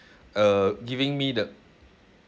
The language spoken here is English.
uh giving me the